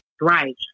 Right